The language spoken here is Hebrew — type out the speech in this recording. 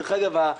דרך אגב,